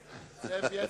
בילסקי.